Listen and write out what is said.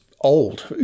old